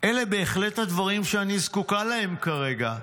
אלה בהחלט הדברים שאני זקוקה להם כרגע.